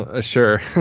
Sure